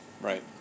Right